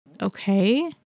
okay